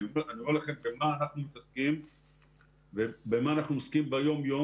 אני אומר לכם במה אנחנו מתעסקים ביום יום